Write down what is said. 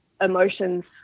emotions